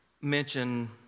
mention